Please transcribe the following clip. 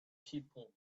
people